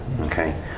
Okay